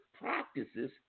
practices